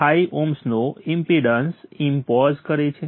5Ω નો impedance impose કરે છે